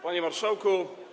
Panie Marszałku!